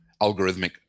algorithmic